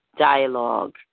dialogue